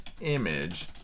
image